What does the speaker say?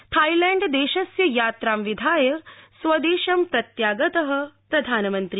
थाईलैंडदेशस्य यात्रां विधाय स्वदेशं प्रत्यागत प्रधानमन्त्री